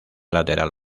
lateral